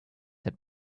that